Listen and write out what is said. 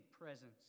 presence